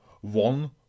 one